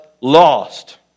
lost